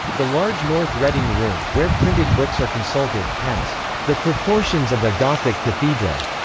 the large north reading room, where printed books are consulted, has the proportions of a gothic cathedral,